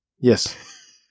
Yes